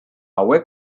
hauek